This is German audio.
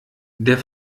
der